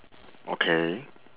okay